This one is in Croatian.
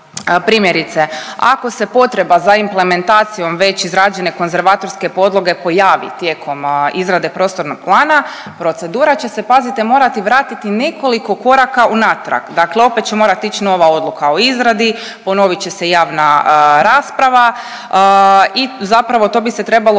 Primjerice ako se potreba za implementacijom već izrađene konzervatorske podloge pojavi tijekom izrade prostornog plana procedura će se pazite morati vratiti nekoliko koraka unatrag. Dakle, opet će morati ići nova odluka o izradi, ponovit će se javna rasprava i zapravo to bi se trebalo